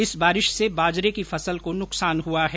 इस बारिश से बाजरे की फसल को नुकसान हुआ है